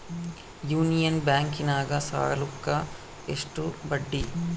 Union ಬ್ಯಾಂಕಿನಾಗ ಸಾಲುಕ್ಕ ಎಷ್ಟು ಬಡ್ಡಿ?